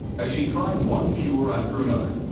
as she tried one cure after another,